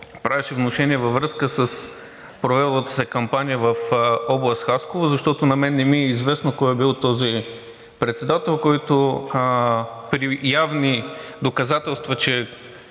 правеше внушения във връзка с провелата се кампания в област Хасково, защото на мен не ми е известно кой е бил този председател, който при явни доказателства, че